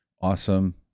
awesome